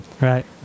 right